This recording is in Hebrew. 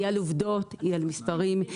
היא על עובדות ומספרים,